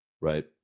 Right